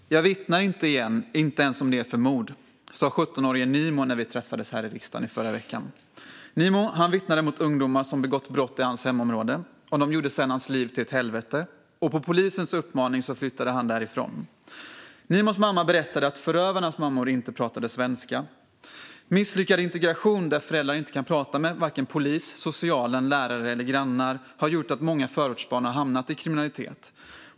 Herr talman! Jag vittnar inte igen - ens om det är för mord, sa 17-årige Nimo när vi träffades här i riksdagen i förra veckan. Nimo vittnade mot ungdomar som begått brott i hans hemområde, och de gjorde sedan hans liv till ett helvete. På polisens uppmaning flyttade han sedan därifrån. Nimos mamma berättade att förövarnas mammor inte pratade svenska. Misslyckad integration där föräldrarna inte kan prata med vare sig polis, socialen, lärare eller grannar har gjort att många förortsbarn har hamnat i kriminalitet.